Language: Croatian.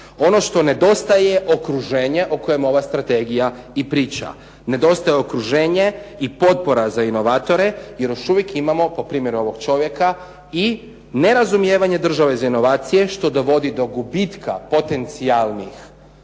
ono što nedostaje okruženje o kojem ova strategija i priča. Nedostaje okruženje i potpora za inovatore jer još uvijek imamo po primjeru ovoga čovjeka i nerazumijevanje države za inovacije što dovodi do gubitka potencijalnih